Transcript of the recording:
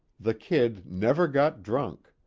the kid never got drunk.